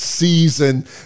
season